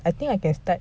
I think I can start